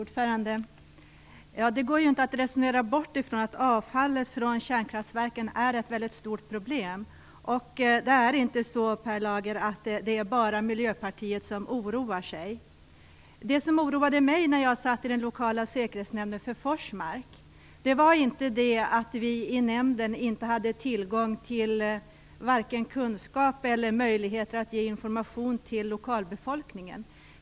Herr talman! Det går inte att resonera bort att avfallet från kärnkraftverken är ett mycket stort problem. Och det är inte, Per Lager, bara Miljöpartiet som oroar sig. Det som oroade mig när jag satt i den lokala säkerhetsnämnden för Forsmark var inte att vi i nämnden inte hade tillgång till vare sig kunskap eller möjligheter att ge information till lokalbefolkningen.